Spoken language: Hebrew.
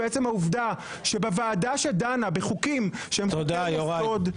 ועצם העובדה שבוועדה שדנה בחוקים שהם חוקי יסוד,